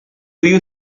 you